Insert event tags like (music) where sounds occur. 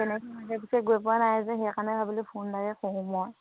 তেনেকৈ (unintelligible) পিছে গৈ পোৱা নাই যে সেইকাৰণে ভাবিলো ফোন এটাকে কৰোঁ মই